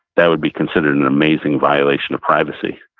that would be considered an amazing violation of privacy.